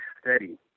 steady